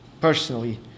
personally